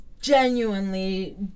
genuinely